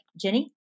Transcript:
Jenny